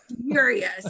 furious